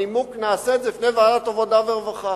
הנימוק: נעשה את זה בפני ועדת העבודה והרווחה.